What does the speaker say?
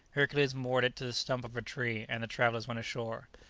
hercules moored it to the stump of a tree, and the travellers went ashore.